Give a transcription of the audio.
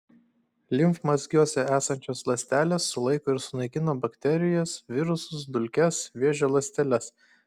limfmazgiuose esančios ląstelės sulaiko ir sunaikina bakterijas virusus dulkes vėžio ląsteles